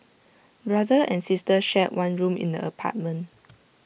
brother and sister shared one room in the apartment